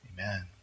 Amen